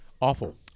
awful